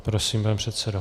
Prosím, pane předsedo.